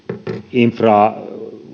infraa